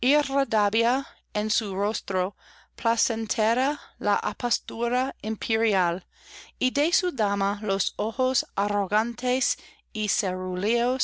irradiaba en su rostro placentera la apostura imperial y de su dama los ojos arrogantes y